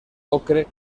ocre